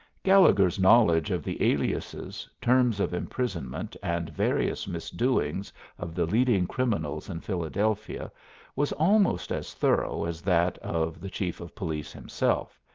gallegher's knowledge of the aliases, terms of imprisonment, and various misdoings of the leading criminals in philadelphia was almost as thorough as that of the chief of police himself,